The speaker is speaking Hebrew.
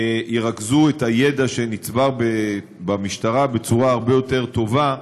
שירכזו את הידע שנצבר במשטרה בצורה הרבה יותר טובה,